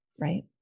right